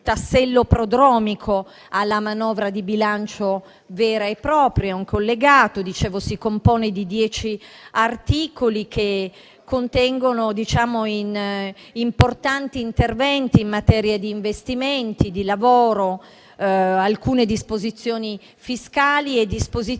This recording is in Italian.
tassello prodromico alla manovra di bilancio vera e propria (un collegato) e si compone di undici articoli che contengono importanti interventi in materia di investimenti e di lavoro, alcune disposizioni fiscali e disposizioni